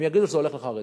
הם יגידו שזה הולך לחרדים.